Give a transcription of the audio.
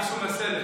אדיסו מסאלה.